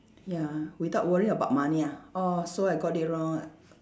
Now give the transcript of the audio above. ya without worrying about money ah orh so I got it wrong ah